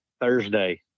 Thursday